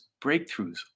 breakthroughs